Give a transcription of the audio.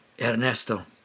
Ernesto